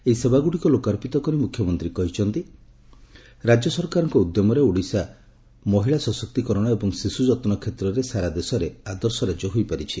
ଏହି ସେବାଗୁଡ଼ିକୁ ଲୋକାର୍ପିତ କରି ମୁଖ୍ୟମନ୍ତୀ କହିଛନ୍ତି ରାଜ୍ୟ ସରକାରଙ୍କ ଉଦ୍ୟମରେ ଓଡ଼ିଶା ମହିଳା ସଶକ୍ତିକରଣ ଏବଂ ଶିଶୁ ଯନ୍ କ୍ଷେତ୍ରରେ ସାରା ଦେଶରେ ଆଦର୍ଶ ରାଜ୍ୟ ହୋଇପାରିଛି